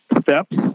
steps